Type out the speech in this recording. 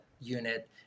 unit